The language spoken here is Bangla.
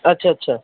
আচ্ছা আচ্ছা